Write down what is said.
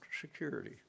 security